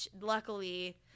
luckily